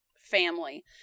family